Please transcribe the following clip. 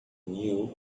knew